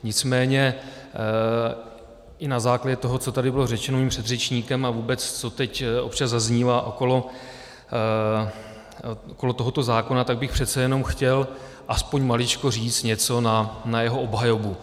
Nicméně i na základě toho, co tady bylo řečeno mým předřečníkem, a vůbec co teď občas zaznívá okolo tohoto zákona, tak bych přece jenom chtěl aspoň maličko říct něco na jeho obhajobu.